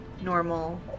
normal